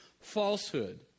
falsehood